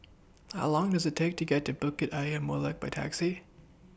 How Long Does IT Take to get to Bukit Ayer Molek By Taxi